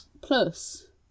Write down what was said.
Plus